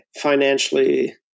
financially